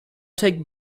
take